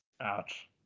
Ouch